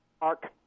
Mark